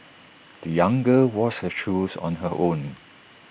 the young girl washed her shoes on her own